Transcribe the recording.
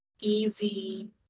easy